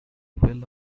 will